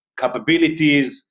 capabilities